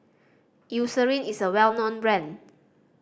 Eucerin is a well known brand